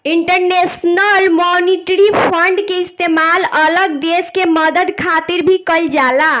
international monetary fund के इस्तेमाल अलग देश के मदद खातिर भी कइल जाला